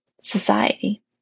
society